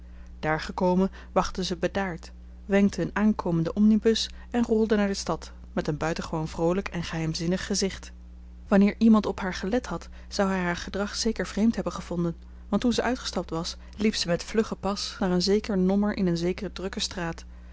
daar gekomen wachtte ze bedaard wenkte een aankomenden omnibus en rolde naar de stad met een buitengewoon vroolijk en geheimzinnig gezicht wanneer iemand op haar gelet had zou hij haar gedrag zeker vreemd hebben gevonden want toen ze uitgestapt was liep ze met vluggen pas naar een zeker nommer in een zekere drukke straat